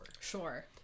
Sure